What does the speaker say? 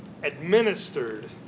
administered